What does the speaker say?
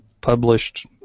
published